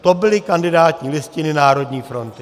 To byly kandidátní listiny Národní fronty.